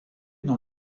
dans